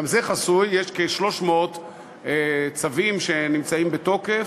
גם זה חסוי, יש כ-300 צווים בתוקף,